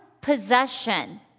possession